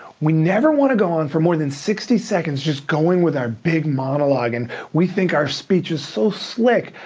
we never wanna go on for more than sixty seconds just going with our big monologue, and we think our speech is so slick,